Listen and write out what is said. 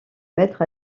mettre